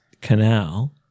canal